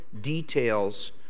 details